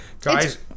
guys